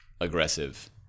aggressive